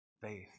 Faith